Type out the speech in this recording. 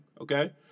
okay